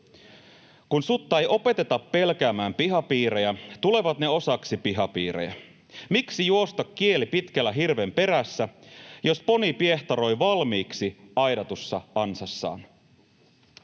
kun sutta ei opeteta pelkäämään pihapiirejä, tulevat ne osaksi pihapiirejä. Miksi juosta kieli pitkällä hirven perässä, jos poni piehtaroi valmiiksi aidatussa ansassaan?